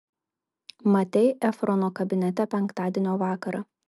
matei efrono kabinete penktadienio vakarą